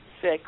sick